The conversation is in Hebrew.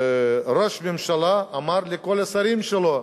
ראש הממשלה אמר לכל השרים שלו: